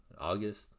August